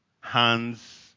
Hands